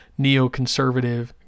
neoconservative